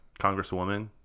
Congresswoman